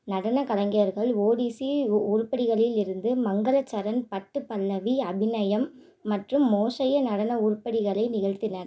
நடனக் கலைஞர்கள் ஓடிசி உரு உருப்படிகளில் இருந்து மங்களச்சரண் பட்டு பல்லவி அபினயம் மற்றும் மோக்ஷ்ய நடன உருப்படிகளை நிகழ்த்தினர்